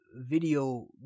video